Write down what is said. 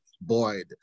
Boyd